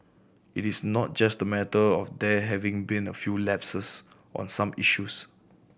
it is not just matter of there having been a few lapses on some issues